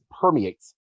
permeates